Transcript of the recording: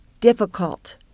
difficult